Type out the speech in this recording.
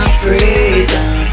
freedom